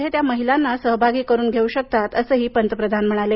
यामध्ये त्या महिलांना सहभागी करून घेऊ शकतात असंही पंतप्रधान म्हणाले